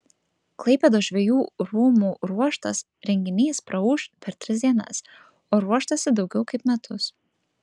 klaipėdos žvejų rūmų ruoštas renginys praūš per tris dienas o ruoštasi daugiau kaip metus